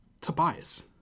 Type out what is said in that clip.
Tobias